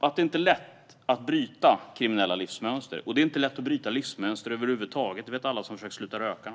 att det inte är lätt att bryta ett kriminellt livsmönster. Det är inte lätt att bryta livsmönster över huvud taget - det vet alla som har försökt att sluta röka.